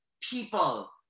people